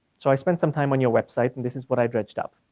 so i spent some time on your website and this is what i dredged up.